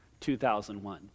2001